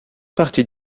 partie